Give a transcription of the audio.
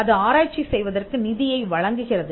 அது ஆராய்ச்சி செய்வதற்கு நிதியை வழங்குகிறது